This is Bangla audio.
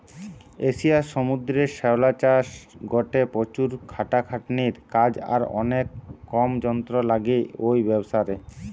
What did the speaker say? এশিয়ার সমুদ্রের শ্যাওলা চাষ গটে প্রচুর খাটাখাটনির কাজ আর অনেক কম যন্ত্র লাগে ঔ ব্যাবসারে